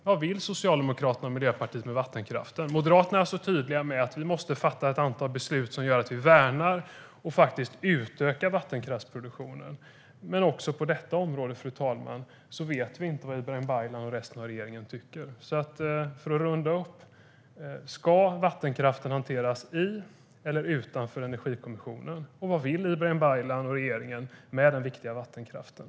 Vad vill Socialdemokraterna och Miljöpartiet med vattenkraften? Moderaterna är tydliga med att vi måste fatta ett antal beslut som gör att vi värnar och utökar vattenkraftsproduktionen. Fru talman! Också på detta område vet vi inte vad Ibrahim Baylan och resten av regeringen tycker. För att runda av: Ska vattenkraften hanteras i eller utanför Energikommissionen? Vad vill Ibrahim Baylan och regeringen med den viktiga vattenkraften?